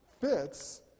fits